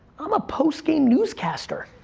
i'm a post-game newscaster.